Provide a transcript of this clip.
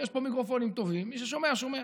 יש פה מיקרופונים טובים, מי ששומע שומע.